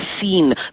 seen